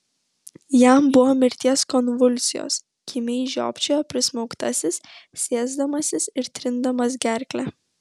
jam buvo mirties konvulsijos kimiai žiopčiojo prismaugtasis sėsdamasis ir trindamas gerklę